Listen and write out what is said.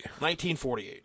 1948